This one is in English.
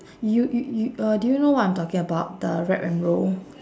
you you you uh do you know what I'm talking about the wrap and roll